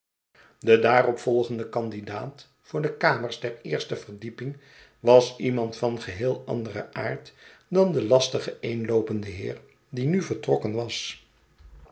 de daaropvolgende kandidaat voor de kamers der eerste verdieping was iemand van geheel anderen aard dan de lastige eenloopende heer die nu vertrokken was